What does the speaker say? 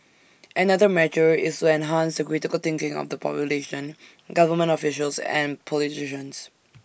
another measure is to enhance the critical thinking of the population government officials and politicians